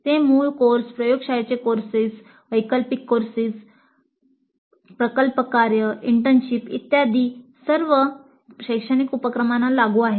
ते मूळ कोर्स प्रयोगशाळेचे कोर्सेस वैकल्पिक इत्यादी सर्व शैक्षणिक उपक्रमांना लागू आहे